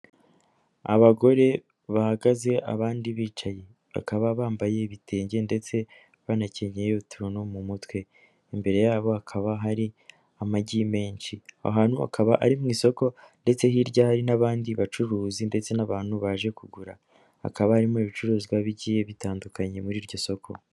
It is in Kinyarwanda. Abagore bahagaze abandi bicaye, bakaba bambaye ibitenge ndetse banakenyeye utuntu mu mutwe, imbere yabo hakaba hari amagi menshi, ahantu hakaba ari mu isoko ndetse hirya hari n'abandi bacuruzi ndetse n'abantu baje kugura, hakaba harimo ibicuruzwa bigiye bitandukanye muri iryo soko.